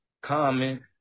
comment